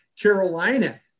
Carolina